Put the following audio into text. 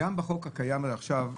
גם בחוק הקיים עד עכשיו,